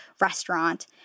restaurant